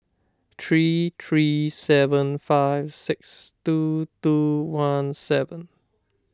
three three seven five six two two one one seven